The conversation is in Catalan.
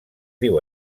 diu